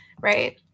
right